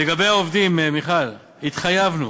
לגבי העובדים, מיכל, התחייבנו,